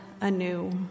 anew